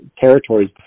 territories